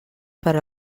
per